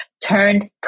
turned